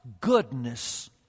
Goodness